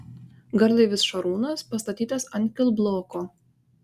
garlaivis šarūnas pastatytas ant kilbloko